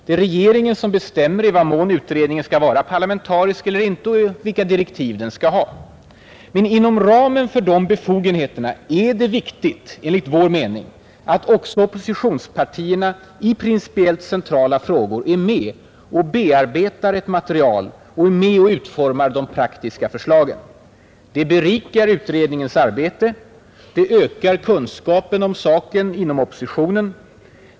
Det är regeringen som bestämmer i vad mån utredningen skall vara parlamentarisk eller inte och vilka direktiv den skall ha. Men inom ramen för de befogenheterna är det viktigt, enligt vår mening, att också oppositionspartierna i principiellt centrala frågor är med och bearbetar ett material och är med och utformar de praktiska förslagen. Det berikar utredningens arbete. Det ökar kunskapen om saken inom oppositionen.